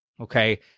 Okay